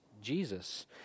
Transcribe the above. Jesus